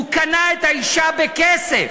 והוא קנה את האישה בכסף.